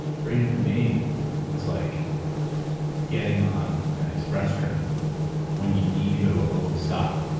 freedom to me looks like getting on an express train when you need to go to a local stop,